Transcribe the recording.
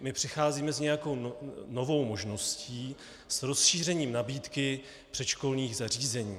My přicházíme s nějakou novou možností, s rozšířením nabídky předškolních zařízení.